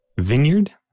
vineyard